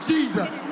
Jesus